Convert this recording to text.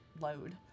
load